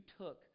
took